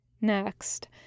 Next